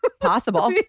possible